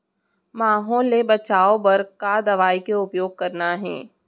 माहो ले बचाओ बर का दवई के उपयोग करना हे?